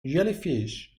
jellyfish